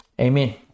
Amen